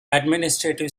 administrative